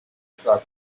saa